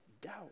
doubt